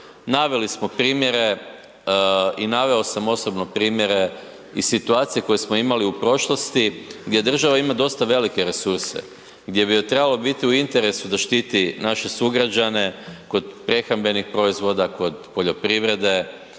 Naveli smo primjere i naveo sam osobno primjere i situacije koje smo imali u prošlosti gdje država ima dosta velike resurse, gdje bi joj trebalo biti u interesu da štiti naše sugrađane kod prehrambenih proizvoda, kod poljoprivrede,